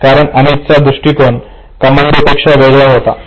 कारण अमितचा दृष्टीकोन हा कमांडो पेक्षा वेगळा होता